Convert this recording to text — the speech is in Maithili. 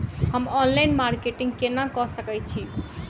हम ऑनलाइन मार्केटिंग केना कऽ सकैत छी?